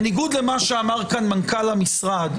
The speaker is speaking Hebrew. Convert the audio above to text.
בניגוד למה שאמר כאן מנכ"ל המשרד,